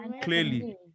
clearly